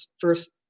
first